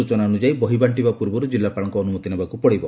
ସୂଚନାନୁଯାୟୀ ବହି ବାକ୍ଟିବା ପୂର୍ବରୁ ଜିଲ୍ଲାପାଳଙ୍କ ଅନୁମତି ନେବାକୁ ପଡିବ